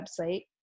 website